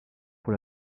pour